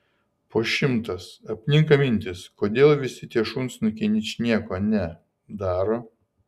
po šimtas apninka mintys kodėl visi tie šunsnukiai ničnieko ne daro